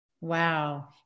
Wow